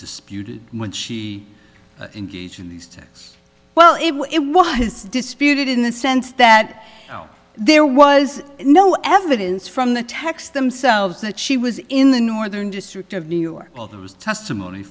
disputed when she engaged in these texas well it was disputed in the sense that there was no evidence from the text themselves that she was in the northern district of new york well there was testimony